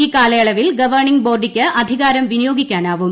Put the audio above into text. ഈ കാലയളവിൽ ഗവേണ്ടിംഗ്പ് ് ബോർഡിക്ക് അധികാരം വിനിയോഗിക്കാനാവും